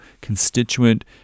constituent